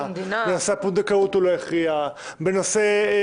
בנושא הפונדקאות הוא לא הכריע --- דת ומדינה.